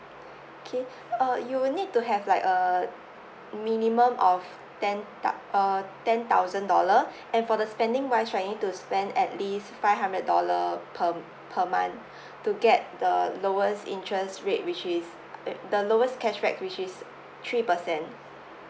okay uh you would need to have like a minimum of ten thou~ uh ten thousand dollar and for the spending wise right you need to spend at least five hundred dollar per per month to get the lowest interest rate which is the lowest cashback which is three percent